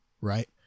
right